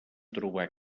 trobar